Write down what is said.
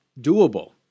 doable